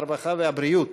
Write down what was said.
הרווחה והבריאות